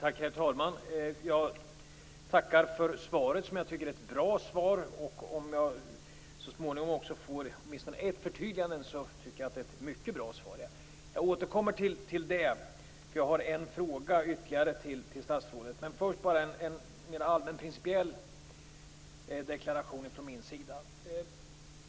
Herr talman! Jag tackar för svaret, som jag tycker är ett bra svar. Om jag så småningom får åtminstone ett förtydligande tycker jag att det är ett mycket bra svar. Jag återkommer till det. Jag har ytterligare en fråga till statsrådet, men först en mer allmän principiell deklaration från min sida.